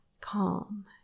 Calm